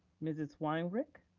mrs. weinrich?